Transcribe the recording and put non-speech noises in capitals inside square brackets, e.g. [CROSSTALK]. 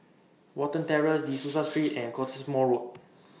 Watten Terrace [NOISE] De Souza Street and Cottesmore Road